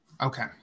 Okay